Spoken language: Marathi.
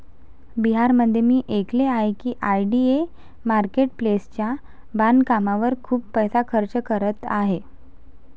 बिहारमध्ये मी ऐकले आहे की आय.डी.ए मार्केट प्लेसच्या बांधकामावर खूप पैसा खर्च करत आहे